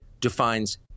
defines